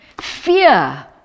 Fear